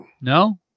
No